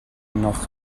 noch